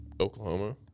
Oklahoma